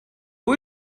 who